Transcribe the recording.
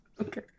Okay